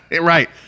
right